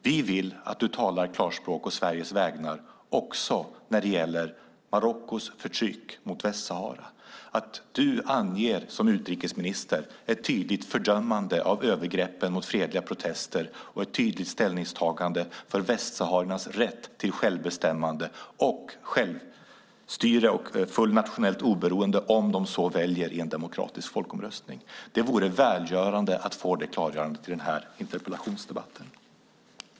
Vi vill att Carl Bildt talar klarspråk å Sveriges vägnar också när det gäller Marockos förtryck av Västsahara, att Carl Bildt som utrikesminister gör ett tydligt fördömande av övergreppen mot fredliga protester och ett tydligt ställningstagande för västsahariernas rätt till självbestämmande, självstyre och fullt nationellt oberoende - om de så väljer i en demokratisk folkomröstning. Det vore välkommet att få det klargörandet i denna interpellationsdebatt.